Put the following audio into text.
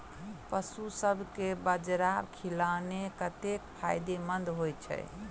पशुसभ केँ बाजरा खिलानै कतेक फायदेमंद होइ छै?